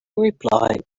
reply